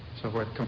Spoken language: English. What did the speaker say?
so forth.